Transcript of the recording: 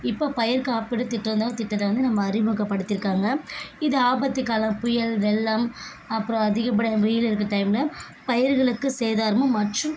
இப்போ பயிர் காப்பீடு திட்டம்னு ஒரு திட்டத்தை வந்து நம்ம அறிமுகப்படுத்திருக்காங்க இது ஆபத்துக்காலம் புயல் வெள்ளம் அப்புறம் அதிகப்படியான வெயில் இருக்க டைம்மில் பயிர்களுக்கு சேதாரமும் மற்றும்